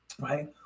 right